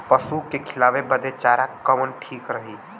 पशु के खिलावे बदे चारा कवन ठीक रही?